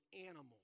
animals